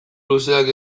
luzeak